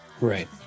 Right